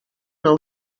nou